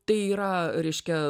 tai yra reiškia